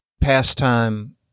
pastime